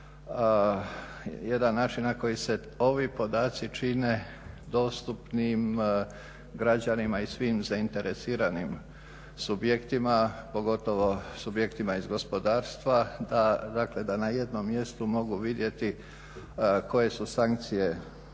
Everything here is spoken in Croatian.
jedan način na koji se ovi podaci čine dostupnim građanima i svim zainteresiranim subjektima pogotovo subjektima iz gospodarstva da na jednom mjestu mogu vidjeti koje su sankcije